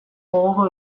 gogoko